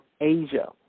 Asia